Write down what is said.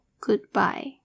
goodbye